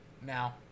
Now